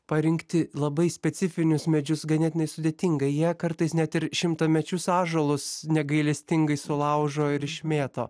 parinkti labai specifinius medžius ganėtinai sudėtinga jie kartais net ir šimtamečius ąžuolus negailestingai sulaužo ir išmėto